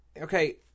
okay